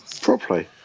properly